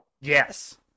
Yes